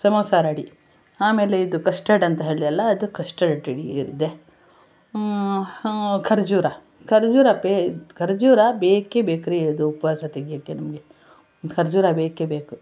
samosa ready ಆಮೇಲೆ ಇದು custard ಅಂತ ಹೇಳಿದೆ ಅಲ್ಲ ಇದು ಕಸ್ಟಡ್ ರೆಡಿ ಇದೆ ಖರ್ಜೂರ ಖರ್ಜೂರ ಖರ್ಜೂರ ಪೇ ಖರ್ಜೂರ ಬೇಕೇ ಬೇಕ್ರಿ ಅದು ಉಪವಾಸ ತೆಗಿಯಕ್ಕೆ ನಮಗೆ ಖರ್ಜೂರ ಬೇಕೇ ಬೇಕು